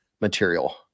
material